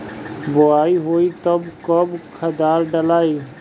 बोआई होई तब कब खादार डालाई?